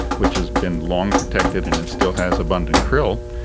which has been long protected and and still has abundant krill,